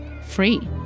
free